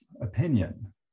opinion